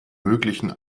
möglichen